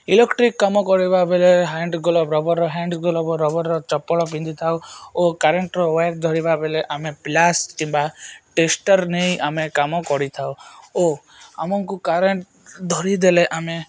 electric କାମ କରିବା ବେଲେ hand glove rubber hand glove rubber ଚପଲ ପିନ୍ଧିଥାଉ ଓ କାରେଣ୍ଟର ୱାୟର ଧରିବା ବେଲେ ଆମେ ପ୍ଲାସ୍ କିମ୍ବା ଟେଷ୍ଟର ନେଇ ଆମେ କାମ କରିଥାଉ ଓ ଆମକୁ କରେଣ୍ଟ ଧରିଦେଲେ ଆମେ